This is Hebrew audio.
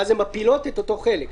ואז הן מפילות את אותו חלק,